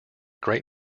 great